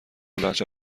لهجه